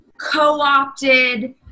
co-opted